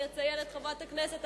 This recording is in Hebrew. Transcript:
אני אציין את חברת הכנסת,